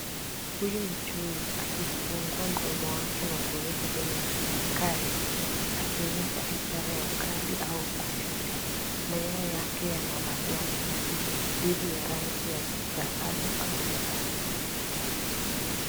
Huyu ni chui, akifungua mdomo wake na kuonyesha meno yake makali. Akionyesha ishara ya ukali au kutisha. Manyoya yake yana madoa meusi dhidi ya rangi ya dhahabu au jano.